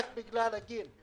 רק בגלל הגיל שלהם.